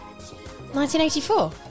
1984